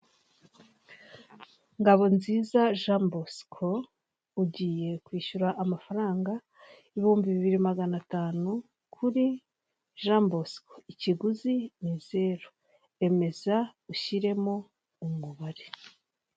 Ahantu heza hateguye neza, hubatswe ku buryo bugezweho, hari abantu bitabiriye bafite za mudasobwa imbere yabo ziteretse ku meza bafitemo uducupa tw'amazi yo kunywa bakurikiye kandi bateze amatwi ibintu bisa nkaho ari ibiganiro.